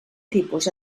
tipus